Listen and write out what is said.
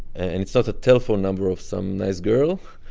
and it's not a telephone number of some nice girl.